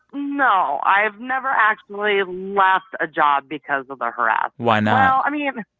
you know i've never actually left a job because of the harassment why not? well, i mean,